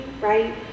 right